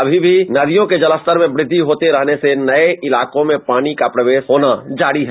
अभी भी नदियों के जलस्तर मे वृद्धि होते रहने से नये इलाकों मे पानी प्रवेश कर रहा है